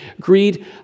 greed